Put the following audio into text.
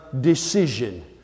decision